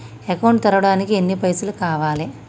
Account తెరవడానికి ఎన్ని పైసల్ కావాలే?